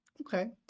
Okay